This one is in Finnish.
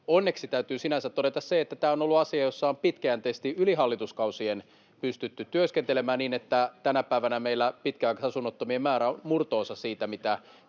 Onneksi täytyy sinänsä todeta se, että tämä on ollut asia, jossa on pitkäjänteisesti yli hallituskausien pystytty työskentelemään niin, että tänä päivänä meillä pitkäaikaisasunnottomien määrä on murto-osa siitä, mikä